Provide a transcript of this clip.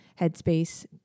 headspace